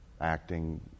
acting